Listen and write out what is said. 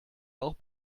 auch